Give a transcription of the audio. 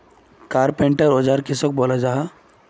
Carpenter औजार किसोक बोलो जाहा?